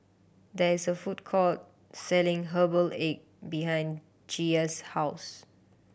there is a food court selling herbal egg behind Gia's house